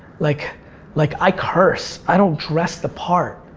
like like i curse, i don't dress the part,